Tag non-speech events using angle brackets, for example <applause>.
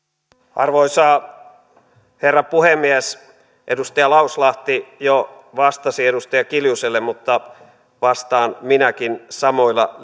arvoisa herra puhemies edustaja lauslahti jo vastasi edustaja kiljuselle mutta vastaan minäkin samoilla <unintelligible>